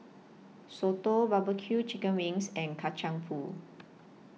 Soto Barbecue Chicken Wings and Kacang Pool